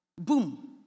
boom